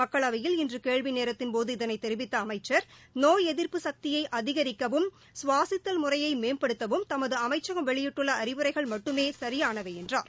மக்களவையில் இன்று கேள்வி நேரத்தின்போது இதனைத் தெரிவித்த அமைச்சர் நோய் எதிர்ப்பு சக்தியை அதிகரிக்கவும் கவாசித்தல் முறையை மேம்படுத்தவும் தமது அமைச்சகம் வெளியிட்டுள்ள அறிவுரைகள் மட்டுமே சரியானவை என்றார்